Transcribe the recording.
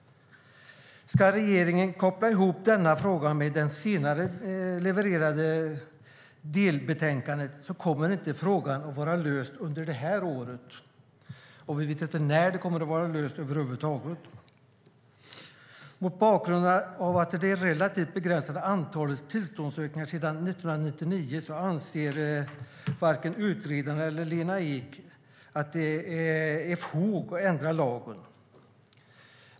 Ska regeringen koppla ihop denna fråga med det delbetänkande som levereras senare kommer inte frågan att lösas under det här året, och vi vet inte när den kommer att lösas över huvud taget. Mot bakgrund av det relativt begränsade antalet tillståndsansökningar sedan 1999 anser varken utredaren eller Lena Ek att det finns fog för att ändra lagen.